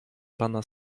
pana